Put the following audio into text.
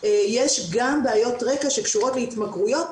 יש גם בעיות רקע שקשורות להתמכרויות,